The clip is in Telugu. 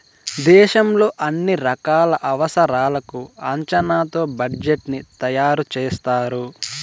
దేశంలో అన్ని రకాల అవసరాలకు అంచనాతో బడ్జెట్ ని తయారు చేస్తారు